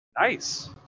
Nice